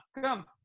come